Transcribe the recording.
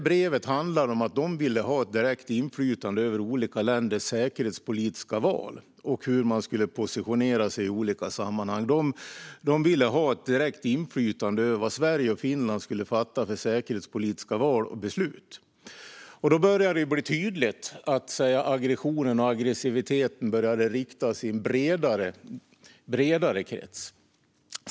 Brevet handlade om att man ville ha direkt inflytande över olika länders säkerhetspolitiska val och hur de skulle positionera sig i olika sammanhang. Man ville ha direkt inflytande över vad Sverige och Finland skulle göra och fatta för säkerhetspolitiska val och beslut. Då började det bli tydligt att aggressionen och aggressiviteten började riktas mot en bredare krets.